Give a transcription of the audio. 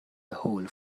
هول